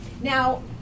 Now